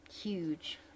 huge